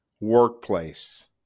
workplace